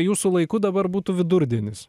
jūsų laiku dabar būtų vidurdienis